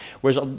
Whereas